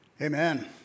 Amen